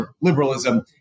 liberalism